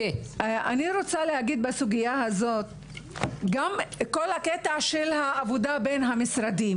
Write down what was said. אני רוצה להגיד בסוגיה הזאת כל הקטע של העבודה בין המשרדים